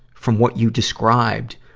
from what you described,